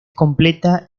completa